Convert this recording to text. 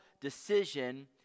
decision